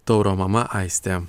tauro mama aistė